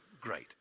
great